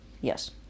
yes